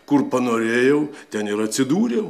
kur panorėjau ten ir atsidūriau